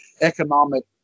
economic